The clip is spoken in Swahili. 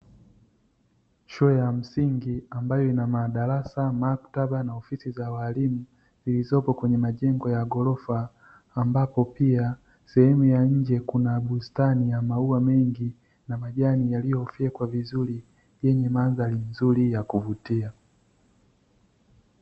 Shule ya msingi ambayo ina madarasa, maktaba, na ofisi za walimu zilizopo kwenye majengo ya ghorofa, ambapo pia sehemu ya nje kuna bustani ya maua mengi na majani yaliyo fyekwa vizuri, yenye mandhari nzuri ya kuvutia.